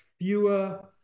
fewer